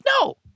no